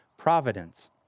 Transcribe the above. providence